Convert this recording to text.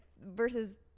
Versus